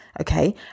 okay